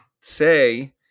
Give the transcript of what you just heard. say